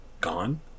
gone